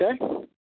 Okay